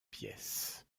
pièces